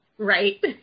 Right